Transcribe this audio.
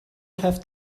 have